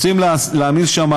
רוצים להעמיס שם,